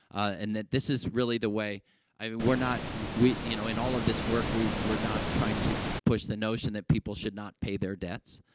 and that this is really the way i mean, we're not we you know, in all of this work, we we're not trying to push the notion that people should not pay their debts,